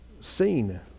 seen